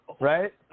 Right